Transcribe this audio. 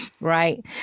right